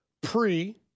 pre-